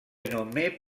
renommée